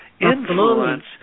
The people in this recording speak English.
influence